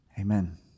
Amen